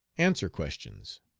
answer questions.